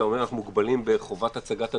אתה אומר שאנחנו מוגבלים בחובת הצגת הדברים,